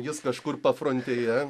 jis kažkur pafrontėje